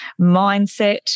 mindset